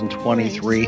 2023